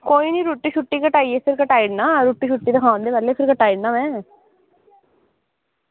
कोई निं रुट्टी खाइयै इसी बी खाई ओड़ना रुट्टी ते खाइयै इसी बी कटाई ओड़ना में